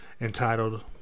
entitled